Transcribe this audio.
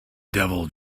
devil